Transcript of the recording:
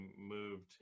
moved